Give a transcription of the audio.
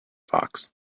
fox